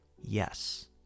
yes